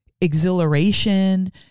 exhilaration